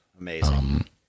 Amazing